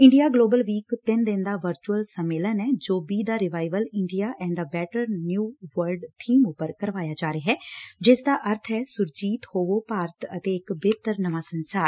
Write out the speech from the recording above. India global week ਤਿੰਨ ਦਿਨ ਦਾ ਵਰਚੁਅਲ ਸੰਮੇਲਨ ਐ ਜੋ be the revival India and a better new world ਬੀਮ ਉਪਰ ਕਰਵਾਇਆ ਜਾ ਰਿਹੈ ਜਿਸ ਦਾ ਅਰਥ ਐ ਸੁਰਜੀਤ ਹੋਵੋ ਭਾਰਤ ਅਤੇ ਇਕ ਬੇਹਡਰ ਨਵਾਂ ਸੰਸਾਰ